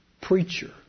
preacher